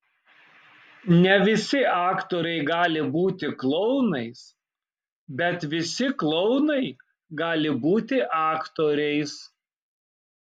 ne visi aktoriai gali būti klounais bet visi klounai gali būti aktoriais